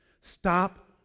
Stop